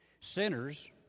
Sinners